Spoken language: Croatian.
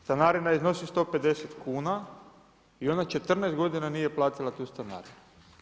Stanarina iznosi 150 kuna i ona 14 godina nije platila tu stanarinu.